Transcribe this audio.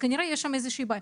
כנראה יש שם בעיה.